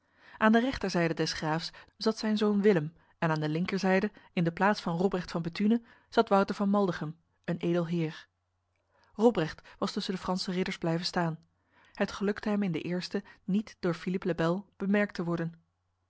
aan de rechterzijde des graafs zat zijn zoon willem en aan de linkerzijde in de plaats van robrecht van bethune zat wouter van maldegem een edel heer robrecht was tussen de franse ridders blijven staan het gelukte hem in den eerste niet door philippe le bel bemerkt te worden